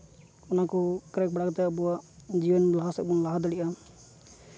ᱚᱱᱟᱠᱚ ᱠᱨᱮᱠ ᱵᱟᱲᱟ ᱠᱟᱛᱮ ᱟᱵᱚᱣᱟᱜ ᱡᱤᱭᱚᱱ ᱞᱟᱦᱟ ᱥᱮᱫ ᱵᱚᱱ ᱞᱟᱦᱟ ᱫᱟᱲᱮᱭᱟᱜᱼᱟ